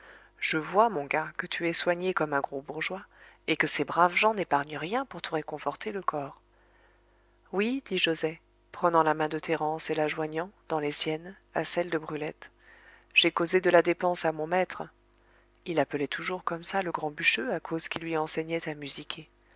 je vois mon gars que tu es soigné comme un gros bourgeois et que ces braves gens n'épargnent rien pour te réconforter le corps oui dit joset prenant la main de thérence et la joignant dans les siennes à celle de brulette j'ai causé de la dépense à mon maître il appelait toujours comme ça le grand bûcheux à cause qu'il lui